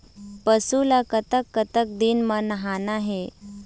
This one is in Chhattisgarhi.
पशु ला कतक कतक दिन म नहाना हे?